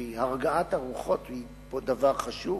כי הרגעת הרוחות היא פה דבר חשוב,